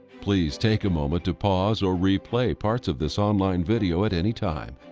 please take a moment to pause or replay parts of this online video at any time.